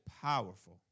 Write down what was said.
powerful